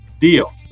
deal